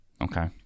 Okay